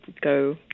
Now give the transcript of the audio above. go